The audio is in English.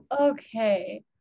Okay